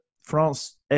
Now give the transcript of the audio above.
France